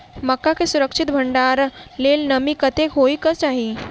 मक्का केँ सुरक्षित भण्डारण लेल नमी कतेक होइ कऽ चाहि?